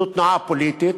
זו תנועה פוליטית,